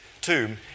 tomb